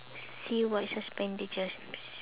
see what's her